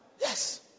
yes